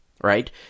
right